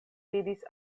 vidis